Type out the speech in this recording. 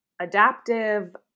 adaptive